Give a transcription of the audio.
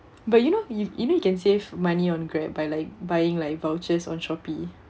but you know you you know you can save money on Grab by like buying like vouchers on Shopee